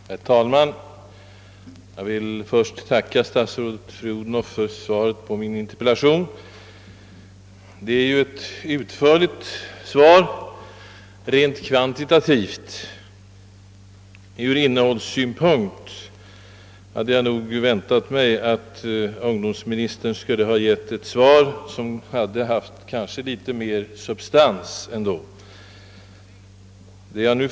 Herr talman! Jag ber att få tacka statsrådet fru Odhnoff för svaret på min interpellation. Rent kvantitativt är svaret utförligt; ur innehållssynpunkt hade jag nog dock väntat mig att »ungdomsministern» skulle ha givit det litet mer substans.